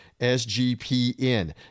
SGPN